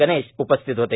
गणेश उपस्थित होते